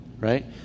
Right